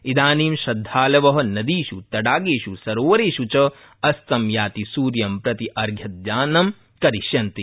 इदानी श्रद्धालव नदीष् तडागेष् सरोवरेष् च अस्तं याति सूर्य प्रति अर्घ्यदानं करिष्यन्ति